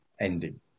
ending